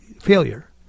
failure